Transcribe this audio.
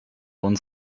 uns